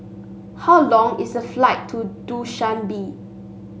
how long is the flight to Dushanbe